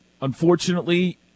unfortunately